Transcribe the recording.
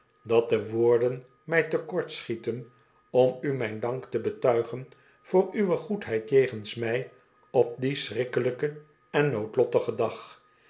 dat de woorden mij te kort schieten om u mijn dank te betuigen voor uwe goedheid jegens mij op dien schrikkelijken en noodlottigen dag